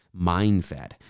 mindset